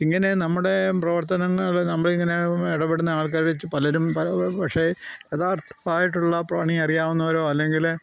ഇങ്ങനെ നമ്മുടെ പ്രവർത്തനങ്ങൾ നമ്മൾ ഇങ്ങനെ ഇടപെടുന്ന ആൾക്കാർ പലതും പല പക്ഷെ യഥാർത്ഥമായിട്ടുള്ള പണി അറിയാവുന്നവരോ അല്ലെങ്കിൽ